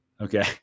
Okay